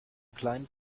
kleinen